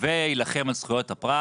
ויילחם על זכויות הפרט